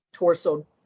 torso